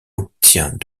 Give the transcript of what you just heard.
obtient